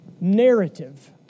Narrative